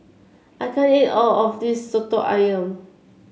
I can't eat all of this soto ayam